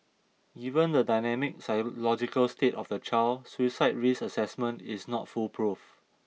given the dynamic psychological state of the child suicide risk assessment is not foolproof